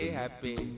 happy